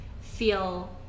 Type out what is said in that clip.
feel